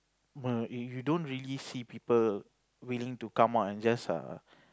err if you don't really see people willing to come out and just err